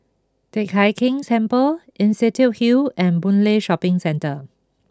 Teck Hai Keng Temple Institution Hill and Boon Lay Shopping Centre